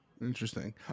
Interesting